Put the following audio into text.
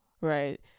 right